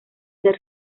ser